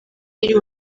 y’u